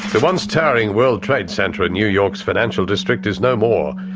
the once towering world trade centre in new york's financial district is no more.